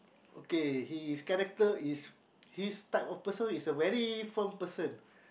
okay his character is he is type of person is a very firm person